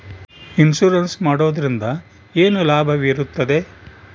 Insurance ಮಾಡೋದ್ರಿಂದ ಏನು ಲಾಭವಿರುತ್ತದೆ?